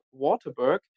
Waterberg